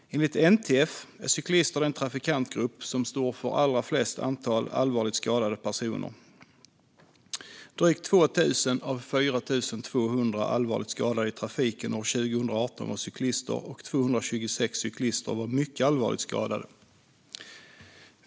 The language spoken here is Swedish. Enligt NTF är cyklister den trafikantgrupp som står för det allra största antalet allvarligt skadade personer. Drygt 2 000 av 4 200 allvarligt skadade i trafiken år 2018 var cyklister, och 226 cyklister var mycket allvarligt skadade.